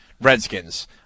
Redskins